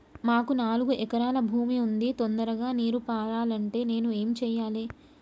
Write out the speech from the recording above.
మాకు నాలుగు ఎకరాల భూమి ఉంది, తొందరగా నీరు పారాలంటే నేను ఏం చెయ్యాలే?